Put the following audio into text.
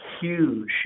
huge